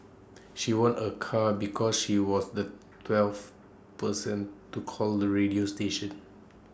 she won A car because she was the twelfth person to call the radio station